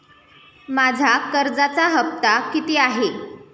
माझा कर्जाचा हफ्ता किती आहे?